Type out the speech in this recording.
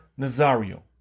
Nazario